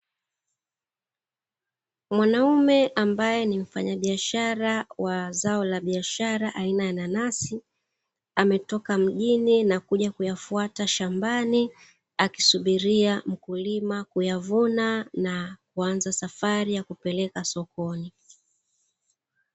Mwanaume ambaye ni mfanyabiashara wa zao la biashara aina ya nanasi ametoka mjini na kuja kuyafuata shambani akisubiria mkulima kuyavuna na kuanza safari ya kupeleka sokoni.